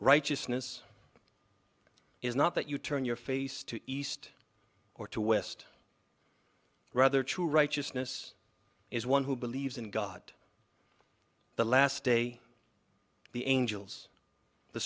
righteousness is not that you turn your face to east or to west rather to righteousness is one who believes in god the last day the angels the